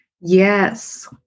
Yes